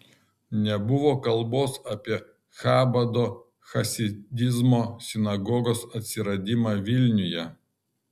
nebuvo kalbos apie chabado chasidizmo sinagogos atsiradimą vilniuje